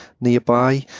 nearby